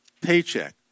paycheck